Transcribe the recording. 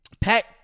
Pack